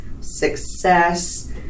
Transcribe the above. success